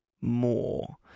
more